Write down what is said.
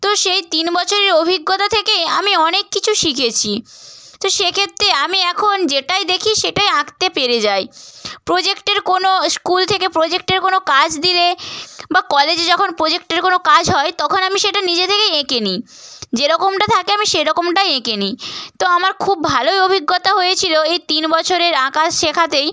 তো সেই তিন বছরের অভিজ্ঞতা থেকেই আমি অনেক কিছু শিখেছি তো সেক্ষেত্রে আমি এখন যেটাই দেখি সেটাই আঁকতে পেরে যাই প্রজেক্টের কোনো স্কুল থেকে প্রজেক্টের কোনো কাজ দিলে বা কলেজে যখন পোজেক্টের কোনো কাজ হয় তখন আমি সেটা নিজে থেকেই এঁকে নিই যেরকমটা থাকে আমি সেরকমটাই এঁকে নিই তো আমার খুব ভালোই অভিজ্ঞতা হয়েছিলো এই তিন বছরের আঁকার শেখাতেই